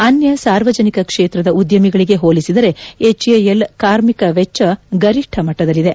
ಅನ್ನ ಸಾರ್ವಜನಿಕ ಕ್ಷೇತ್ರದ ಉದ್ದಮಿಗಳಿಗೆ ಹೋಲಿಸಿದರೆ ಹೆಚ್ ಎಎಲ್ ಕಾರ್ಮಿಕ ವೆಚ್ಚ ಗರಿಷ್ಠ ಮಟ್ಟದಲ್ಲಿದೆ